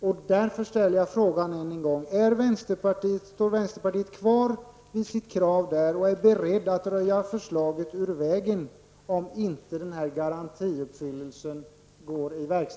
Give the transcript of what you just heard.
Jag ställer frågan ännu en gång: Står vänsterpartiet kvar vid sitt krav, och är vänsterpartiet berett att röja förslaget ur vägen om inte den här garantin uppfyllts?